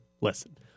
listen